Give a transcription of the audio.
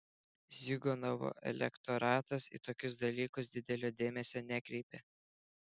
ziuganovo elektoratas į tokius dalykus didelio dėmesio nekreipia